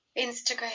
instagram